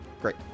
Great